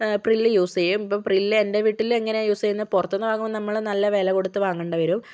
Pril use ചെയ്യും ഇപ്പോൾ പ്രിൽ എൻ്റെ വീട്ടിൽ എങ്ങനാ യൂസ് ചെയ്യുന്നത് പുറത്തു നിന്ന് വാങ്ങുമ്പോൾ നമ്മൾ നല്ല വില കൊടുത്ത് വാങ്ങേണ്ടി വരും